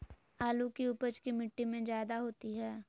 आलु की उपज की मिट्टी में जायदा होती है?